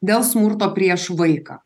dėl smurto prieš vaiką